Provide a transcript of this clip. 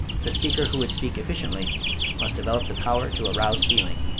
the speaker who would speak efficiently must develop the power to arouse feeling.